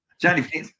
Johnny